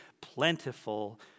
plentiful